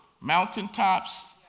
mountaintops